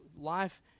life